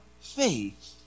faith